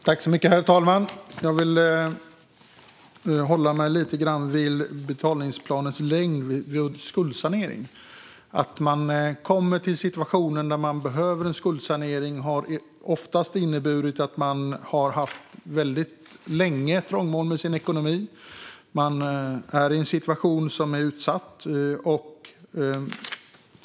Herr talman! Jag vill uppehålla mig lite vid betalningsplanens längd vid skuldsanering. När man har hamnat i situationen att man behöver skuldsanering har man oftast under lång tid varit i trångmål när det gäller ekonomin och är i en utsatt situation.